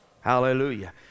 hallelujah